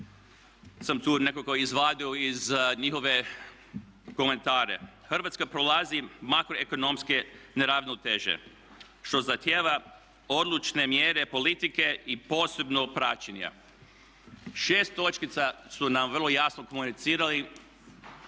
sam tu nekako izvadio iz njihovih komentara. Hrvatska prolazi makroekonomske neravnoteže što zahtijeva odlučne mjere politike i posebno praćenja. Šest točkica su nam vrlo jasno komunicirali,